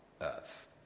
earth